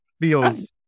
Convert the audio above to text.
feels